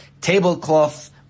tablecloth